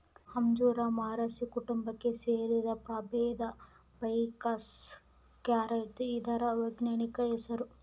ಅಂಜೂರ ಮೊರಸಿ ಕುಟುಂಬಕ್ಕೆ ಸೇರಿದ ಪ್ರಭೇದ ಫೈಕಸ್ ಕ್ಯಾರಿಕ ಇದರ ವೈಜ್ಞಾನಿಕ ಹೆಸರು